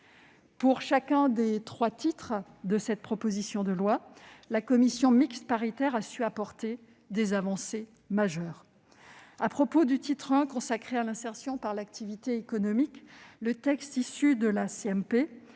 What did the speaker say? Pour chacun des trois titres de cette proposition de loi, la commission mixte paritaire a su apporter des avancées majeures. Au titre I, consacré à l'insertion par l'activité économique, le texte issu de la